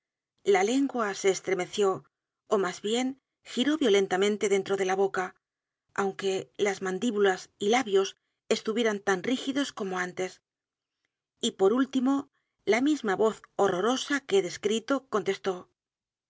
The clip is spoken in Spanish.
la lengua se estremeció ó más bien giró violentamente dentro de la boca aunque las mandíbulas y labios estuvieran tan rígidos como antes y por último la misma voz horrorosa que he descrito contestó